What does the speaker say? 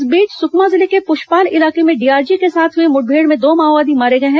इस बीच सुकमा जिले के पुशपाल इलाके में डीआरजी के साथ हुई मुठभेड़ में दो माओवादी मारे गये हैं